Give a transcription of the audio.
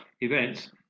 events